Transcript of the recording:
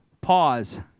Pause